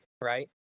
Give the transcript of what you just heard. right